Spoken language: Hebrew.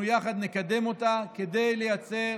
אנחנו יחד נקדם אותה כדי לייצר